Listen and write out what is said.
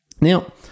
Now